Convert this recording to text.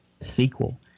sequel